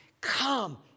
Come